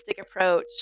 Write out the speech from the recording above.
approach